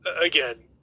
Again